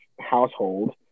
household